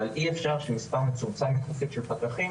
אבל אי אפשר שמספר מצומצם יחסית של פקחים